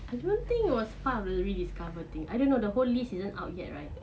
I don't think it was part of the rediscover thing I don't know the whole list isn't out yet right